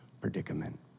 predicament